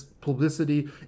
publicity